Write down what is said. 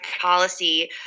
policy